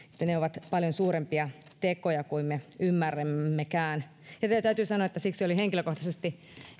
että ne ovat paljon suurempia tekoja kuin me ymmärrämmekään täytyy sanoa että siksi olin henkilökohtaisesti